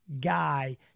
guy